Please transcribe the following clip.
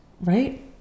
Right